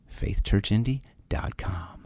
faithchurchindy.com